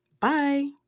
Bye